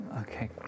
Okay